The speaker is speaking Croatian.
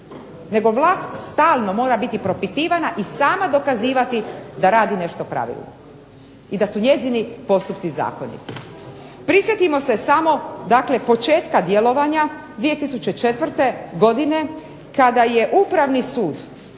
nego vlast stalno mora biti propitivana i sama dokazivati da radi nešto pravilno, i da su njezini postupci zakoniti. Prisjetimo se samo dakle početka djelovanja 2004. godine kada je Upravni sud